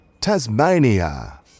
Tasmania